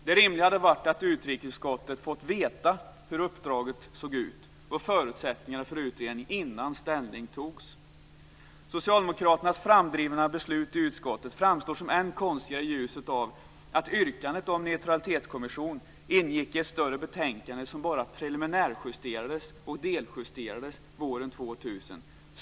Det rimliga hade varit att utrikesutskottet hade fått veta hur uppdraget såg ut och fått veta förutsättningarna för utredningen innan ställning togs. Socialdemokraternas framdrivna beslut i utskottet framstår som ännu konstigare i ljuset av att yrkandet om neutralitetskommissionen ingick i ett större betänkande som bara preliminärjusterades och deljusterades våren 2000.